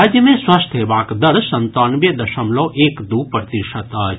राज्य मे स्वस्थ हेबाक दर संतानवे दशमलव एक दू प्रतिशत अछि